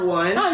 one